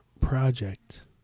Project